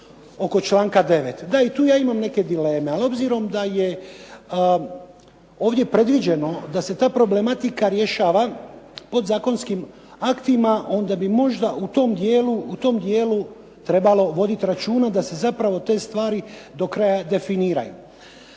oko članka 9. Da, i tu ja imam neke dileme ali obzirom da je ovdje predviđeno da se ta problematika rješava podzakonskim aktima onda bi možda u tom dijelu trebalo voditi računa da se zapravo te stvari do kraja definiraju.